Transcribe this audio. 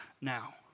now